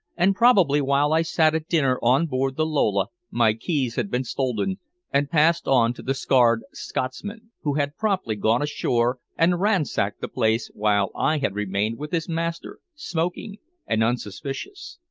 and probably while i sat at dinner on board the lola my keys had been stolen and passed on to the scarred scotsman, who had promptly gone ashore and ransacked the place while i had remained with his master smoking and unsuspicious.